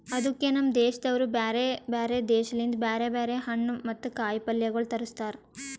ಅದುಕೆ ನಮ್ ದೇಶದವರು ಬ್ಯಾರೆ ಬ್ಯಾರೆ ದೇಶ ಲಿಂತ್ ಬ್ಯಾರೆ ಬ್ಯಾರೆ ಹಣ್ಣು ಮತ್ತ ಕಾಯಿ ಪಲ್ಯಗೊಳ್ ತರುಸ್ತಾರ್